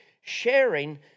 sharing